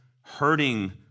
hurting